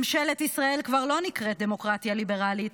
ממשלת ישראל כבר לא נקראת דמוקרטיה ליברלית,